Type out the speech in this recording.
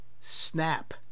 Snap